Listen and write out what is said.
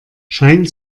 scheint